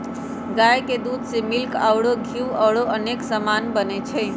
गाई के दूध से मिल्क पाउडर घीउ औरो अनेक समान बनै छइ